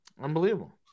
Unbelievable